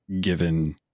given